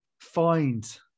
find